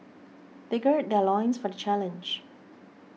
they gird their loins for the challenge